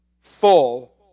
full